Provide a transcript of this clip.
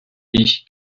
ich